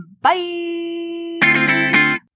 Bye